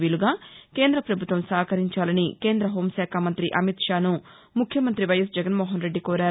వీలుగా కేంద పభుత్వం సహకరించాలని కేంద హోం శాఖ మంతి అమిత్షాను ముఖ్యమంతి వైఎస్ జగన్మోహన్రెడ్డి కోరారు